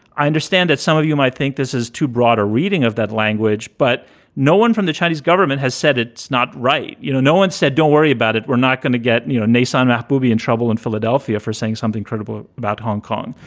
i understand that some of you might think this is too broad a reading of that language, but no one from the chinese government has said it's not right. you know, no one said, don't worry about it. we're not going to get, you know, sign that we'll be in trouble in philadelphia for saying something credible about hong kong.